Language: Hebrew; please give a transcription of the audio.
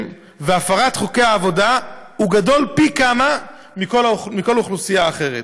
והפרת חוקי העבודה גדול פי כמה מבכל אוכלוסייה אחרת.